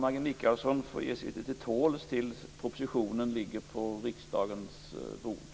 Maggi Mikaelsson får ge sig till tåls till dess att propositionen ligger på riksdagens bord.